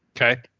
Okay